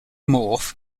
morph